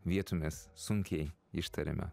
vietomis sunkiai ištariamą